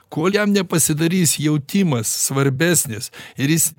kol jam nepasidarys jautimas svarbesnis ir jis